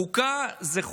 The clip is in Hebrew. חוקה זו חוקה,